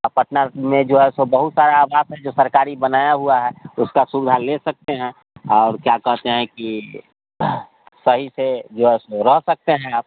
और पटना में जो है सो बहुत सारा आवास है जो सरकारी बनाया हुआ है उसकी सुविधा ले सकते हैं और क्या कहते हैं कि सही से जो है सो रह सकते हैं आप